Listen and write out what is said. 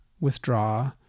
withdraw